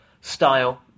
style